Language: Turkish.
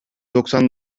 doksan